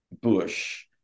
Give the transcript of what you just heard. bush